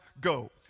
go